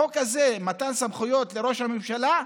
החוק הזה, מתן סמכויות לראש הממשלה,